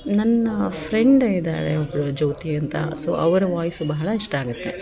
ನನ್ನ ಫ್ರೆಂಡಿದ್ದಾಳೆ ಒಬ್ಬಳು ಜ್ಯೋತಿ ಅಂತ ಸೊ ಅವರ ವಾಯ್ಸ್ ಬಹಳ ಇಷ್ಟಾಗುತ್ತೆ